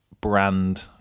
brand